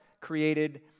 created